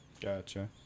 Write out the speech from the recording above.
Gotcha